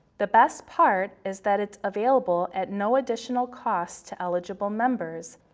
the best part is that it's available at no additional cost to eligible members.